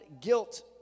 guilt